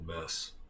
mess